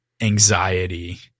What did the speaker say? anxiety